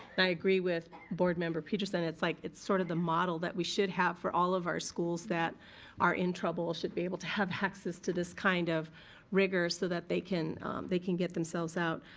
and i agree with board member petersen, it's like, it's sort of the model that we should have for all of our schools that are in trouble should be able to have access to this kind of rigor so that they can they can get themselves out.